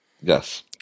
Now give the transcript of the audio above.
Yes